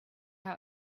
out